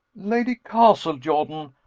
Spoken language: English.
lady castlejordan.